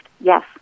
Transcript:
Yes